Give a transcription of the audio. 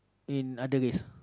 in other race